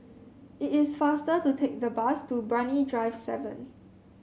it is faster to take the bus to Brani Drive seven